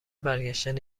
برگشتن